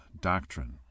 doctrine